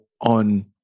on